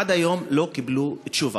עד היום לא קיבלו תשובה.